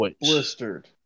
blistered